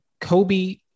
Kobe